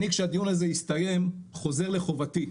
אני כשהדיון הזה יסתיים חוזר לחובתי,